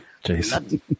Jason